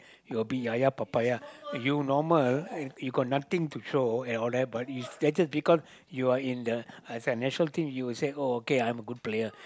you a bit ya ya papaya you normal you got nothing to throw and all that but is that's just because you are in the national team you will say oh okay I'm a good player